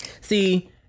See